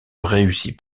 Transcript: réussit